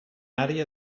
àrea